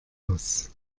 aus